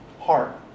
heart